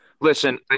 Listen